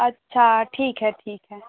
अच्छा ठीक है ठीक है